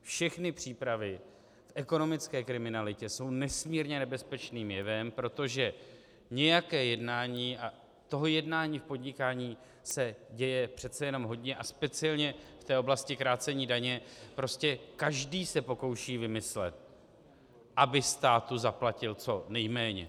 Všechny přípravy v ekonomické kriminalitě jsou nesmírně nebezpečným jevem, protože nějaké jednání, a toho jednání v podnikání se děje přece jenom hodně a speciálně v oblasti krácení daně, prostě každý se pokouší vymyslet, aby státu zaplatil co nejméně.